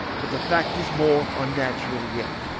but the fact is more unnatural yet.